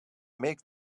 make